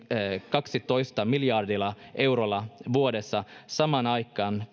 kahdellatoista miljardilla eurolla vuodessa samaan aikaan